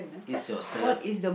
ease yourself